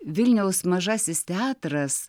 vilniaus mažasis teatras